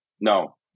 No